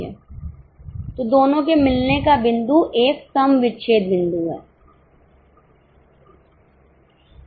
तो दोनों के मिलने का बिंदु एक सम विच्छेद बिंदु है